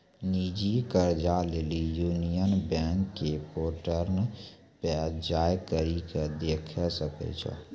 निजी कर्जा लेली यूनियन बैंक के पोर्टल पे जाय करि के देखै सकै छो